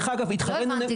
לא הבנתי,